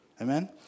Amen